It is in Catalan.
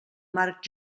marc